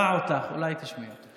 הוא שמע אותך, אולי תשמעי אותו.